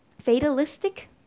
Fatalistic